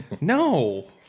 No